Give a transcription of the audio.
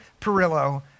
Perillo